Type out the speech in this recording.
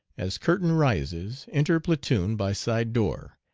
as curtain rises enter platoon by side door,